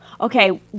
Okay